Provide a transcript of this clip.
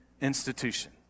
institution